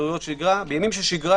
--- בימים של שגרה,